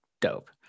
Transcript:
dope